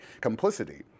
Complicity